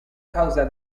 causa